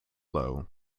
low